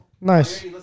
Nice